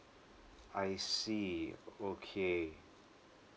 I see okay